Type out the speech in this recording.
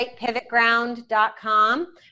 pivotground.com